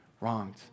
wronged